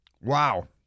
Wow